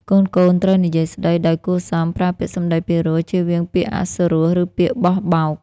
កូនៗត្រូវនិយាយស្តីដោយគួរសម ប្រើពាក្យសំដីពីរោះ ចៀសវាងពាក្យអសុរោះ ឬពាក្យបោះបោក។